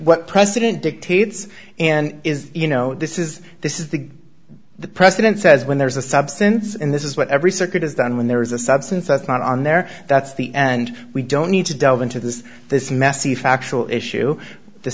what precedent dictates and is you know this is this is the the president says when there is a substance and this is what every circuit has done when there is a substance that's not on there that's the and we don't need to delve into this this messy factual issue the